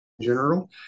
general